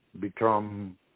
become